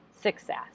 success